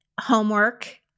homework